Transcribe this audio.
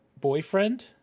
boyfriend